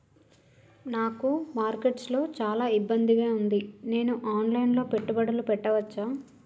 నాకు మార్కెట్స్ లో చాలా ఇబ్బందిగా ఉంది, నేను ఆన్ లైన్ లో పెట్టుబడులు పెట్టవచ్చా?